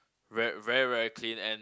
very very very clean and